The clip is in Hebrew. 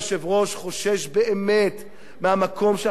חושש באמת מהמקום שאנחנו הולכים אליו.